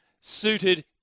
suited